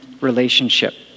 relationship